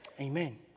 Amen